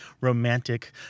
romantic